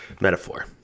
metaphor